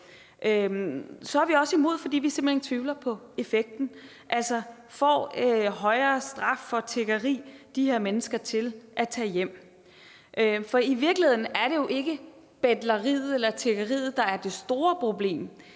Så er vi også imod det, fordi vi simpelt hen tvivler på effekten. Altså: Får højere straf for tiggeri de her mennesker til at tage hjem? For i virkeligheden er det jo ikke tiggeriet, der er det store problem.